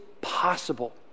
possible